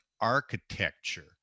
architecture